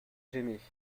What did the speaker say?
j’aimais